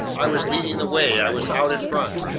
i was leading the way, i was out in front.